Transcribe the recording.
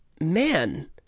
man